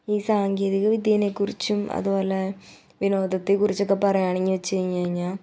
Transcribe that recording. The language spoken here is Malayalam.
ഈ സാങ്കേതിക വിദ്യേനേക്കുറിച്ചും അതുപോലെ വിനോദത്തെക്കുറിച്ചൊക്കെ പറയാണെങ്കിൽ വച്ച് കഴിഞ്ഞ് കഴിഞ്ഞാൽ